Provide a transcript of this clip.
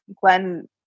Glenn